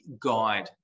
guide